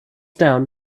down